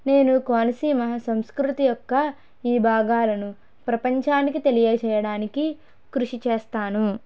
నేను కోనసీమ సంస్కృతి యొక్క ఈ భాగాలను ప్రపంచానికి తెలియచేయడానికి కృషి చేస్తాను